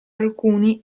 alcuni